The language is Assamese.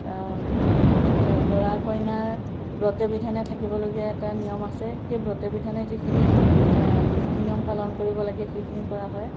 দৰা কইনাৰ ব্ৰতে বিধানে থাকিবলগীয়া এটা নিয়ম আছে সেই ব্ৰতে বিধানে যিখিনি নীতি নিয়ম পালন কৰিব লাগে সেইখিনি কৰা হয়